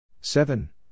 seven